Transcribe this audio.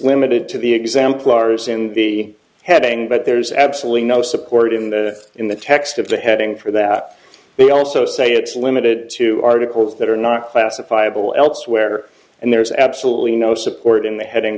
limited to the exemplars in the heading but there is absolutely no support in the in the text of the heading for that they also say it's limited to articles that are not classifiable elsewhere and there is absolutely no support in the heading